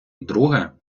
друге